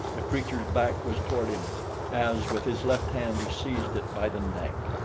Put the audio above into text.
the creature's back was toward him as, with his left hand, he seized it by the neck.